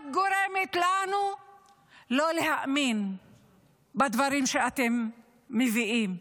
רק גורמת לנו לא להאמין לדברים שאתם מביאים.